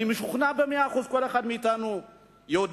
אני משוכנע במאה אחוז שכל אחד מאתנו יודע